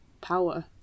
power